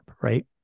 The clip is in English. right